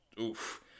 oof